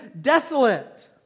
desolate